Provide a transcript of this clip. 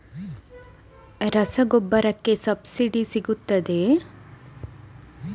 ರಸಗೊಬ್ಬರಕ್ಕೆ ಸಬ್ಸಿಡಿ ಸಿಗುತ್ತದೆಯೇ?